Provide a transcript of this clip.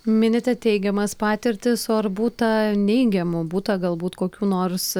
minite teigiamas patirtis o ar būta neigiamų būta galbūt kokių nors